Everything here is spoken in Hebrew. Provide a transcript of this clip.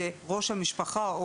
שראש המשפחה,